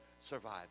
survive